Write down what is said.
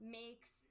makes